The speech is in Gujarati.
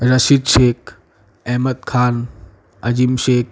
રશીદ શેખ અહેમદ ખાન અઝીમ શેખ